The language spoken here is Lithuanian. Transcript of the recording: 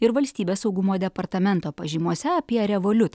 ir valstybės saugumo departamento pažymose apie revoliut